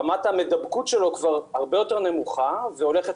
רמת יכולת ההדבקה שלו כבר הרבה יותר נמוכה והולכת